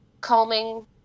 combing